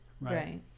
Right